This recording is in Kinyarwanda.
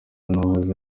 n’uwahoze